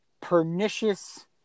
pernicious